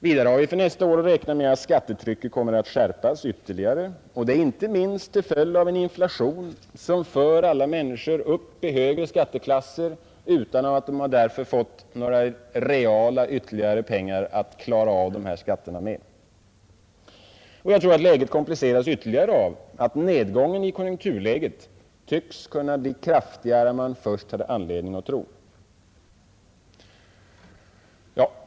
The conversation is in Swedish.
Vidare har vi för nästa år att räkna med att skattetrycket kommer att skärpas ytterligare, inte minst till följd av den inflation som för alla människor upp i högre skatteklasser utan att de därför fått några reala ytterligare pengar att klara dessa skatter med. Jag tror läget kompliceras ytterligare av att nedgången i konjunkturen tycks kunna bli kraftigare än man först hade anledning tro.